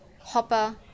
Hopper